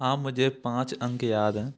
हाँ मुझे पाँच अंक याद हैं